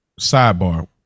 sidebar